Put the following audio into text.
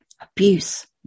abuse